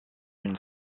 une